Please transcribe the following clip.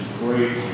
great